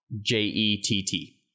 J-E-T-T